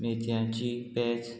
मेथयांची पेज